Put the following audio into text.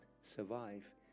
survive